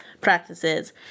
practices